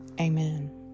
Amen